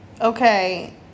Okay